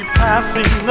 passing